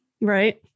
right